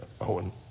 Owen